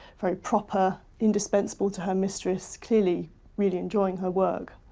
very proper, indispensable to her mistress, clearly really enjoying her work.